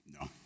No